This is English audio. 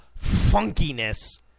funkiness